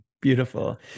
Beautiful